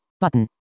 Button